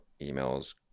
emails